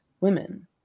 women